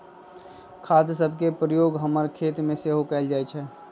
खाद सभके प्रयोग हमर खेतमें सेहो कएल जाइ छइ